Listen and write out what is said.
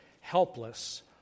helpless